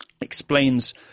explains